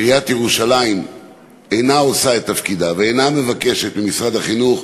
עיריית ירושלים אינה עושה את תפקידה ואינה מבקשת ממשרד החינוך,